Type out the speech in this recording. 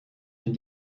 een